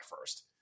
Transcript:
first